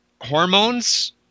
hormones